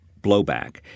blowback